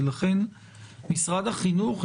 ולכן משרד החינוך,